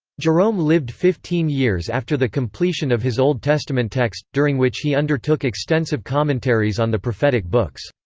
jerome lived fifteen years after the completion of his old testament text, during which he undertook extensive commentaries on the prophetic books.